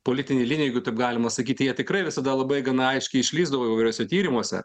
politinėj linijoj jeigu taip galima sakyti jie tikrai visada labai gana aiškiai išlįsdavo įvairiuose tyrimuose